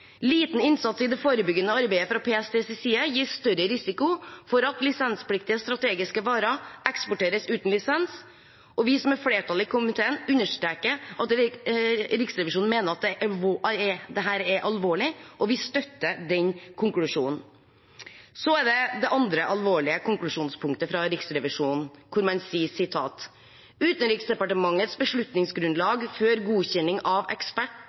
Liten innsats i det forebyggende arbeidet fra PSTs side gir større risiko for at lisenspliktige strategiske varer eksporteres uten lisens. Vi som er flertallet i komiteen, understreker at Riksrevisjonen mener at dette er alvorlig, og vi støtter den konklusjonen. Så er det det andre alvorlige konklusjonspunktet fra Riksrevisjonen, hvor man sier at Utenriksdepartementets beslutningsgrunnlag før godkjenning av